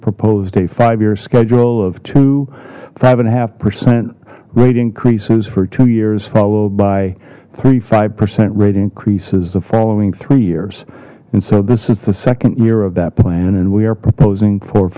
proposed a five year schedule of two five and a half percent rate increases for two years followed by three five percent rate increases the following three years and so this is the second year of that plan and we are proposing for